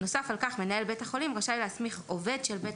(2) נוסף על כך מנהל בית החולים רשאי להסמיך עובד של בית